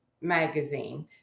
magazine